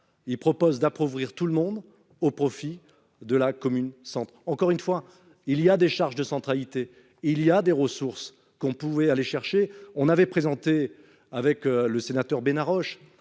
Il propose d'appauvrir tout le monde au profit de la commune sans, encore une fois il y a des charges de centralité, il y a des ressources qu'on pouvait aller chercher on avait présenté avec le sénateur Ben Haroche.